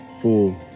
full